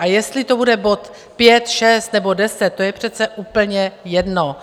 A jestli to bude bod 5, 6 nebo 10, to je přece úplně jedno.